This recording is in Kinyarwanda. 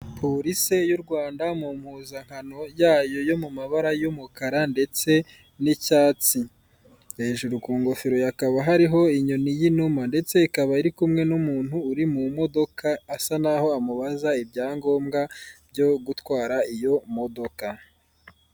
Polisi y'u Rwanda mu mpuzankano yayo yo mu mbara y'umukara ndetse n'icyatsi; hejuru ku ngofero hakaba hariho inyoni y' inuma. Ndetse ikaba iri kumwe n'umuntu uri mu modoka, asa n'aho amubaza ibyangombwa byo gutwara iyo modoka.